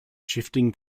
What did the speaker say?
shifting